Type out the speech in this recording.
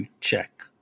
check